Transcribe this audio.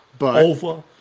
over